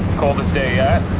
coldest day yet,